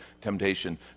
temptation